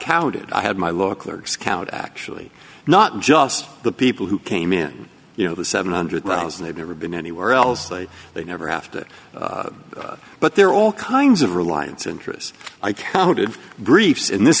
counted i had my law clerks count actually not just the people who came in you know the seven hundred thousand they've never been anywhere else like they never have to but there are all kinds of reliance interest i counted briefs in this